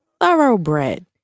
thoroughbred